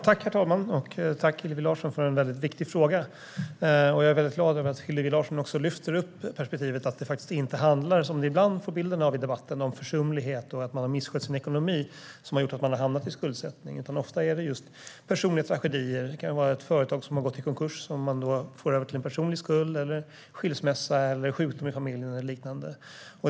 Herr talman! Tack, Hillevi Larsson, för en viktig fråga! Jag är glad över att Hillevi Larsson lyfter upp perspektivet att det faktiskt inte är, som man ibland får bilden av i debatten, försumlighet och att man har misskött sin ekonomi som har gjort att man har hamnat i skuldsättning. Ofta är det just personliga tragedier som ligger bakom. Det kan vara ett företag som har gått i konkurs som man för över till en personlig skuld, skilsmässa, sjukdom i familjen eller liknande.